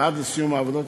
ועד לסיום העבודות,